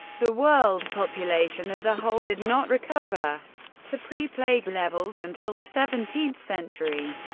the world population as a whole did not recover to pre-plague levels until the seventeenth century.